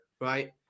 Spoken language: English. right